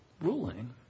ruling